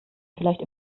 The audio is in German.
vielleicht